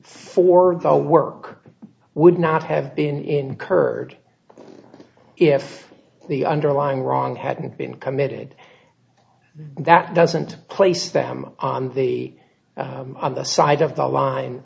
the work would not have been incurred if the underlying wrong hadn't been committed that doesn't place them on the other side of the line